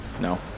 No